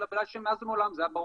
אלא בגלל שמאז ומעולם זה היה ברור